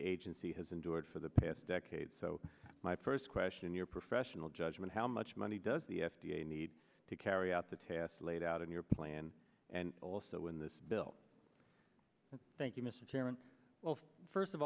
agency has endured for the past decade so my first question in your professional judgment how much money does the f d a need to carry out the tasks laid out in your plan and also when this bill thank you mr chairman well first of